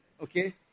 okay